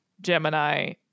Gemini